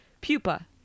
pupa